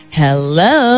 hello